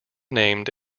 named